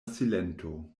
silento